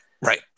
Right